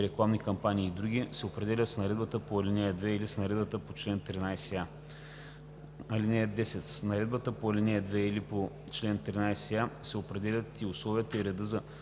рекламни кампании и други, се определят с наредбата по ал. 2 или с наредбата по чл. 13а. (10) С наредбата по ал. 2 или по чл. 13а се определят и условията и редът за